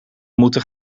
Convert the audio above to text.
moeten